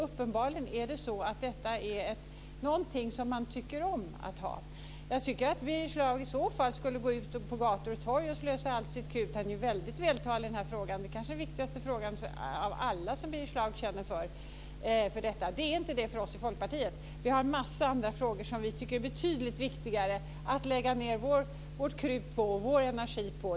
Uppenbarligen är kungahuset något som man tycker om att ha. Jag tycker att Birger Schlaug borde gå ut på gator och torg och slösa allt sitt krut. Han är ju väldigt vältalig i den här frågan - den kanske är den viktigaste frågan av alla som Birger Schlaug känner för. För oss i Folkpartiet är den inte det. Vi har en massa andra frågor som vi tycker är betydligt viktigare att lägga vårt krut och vår energi på.